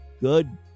Good